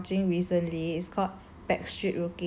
show I've been watching recently it's called